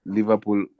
Liverpool